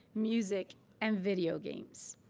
music and video games.